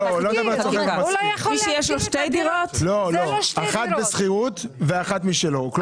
לפנינו שני סעיפים שנדון עליהם במשותף.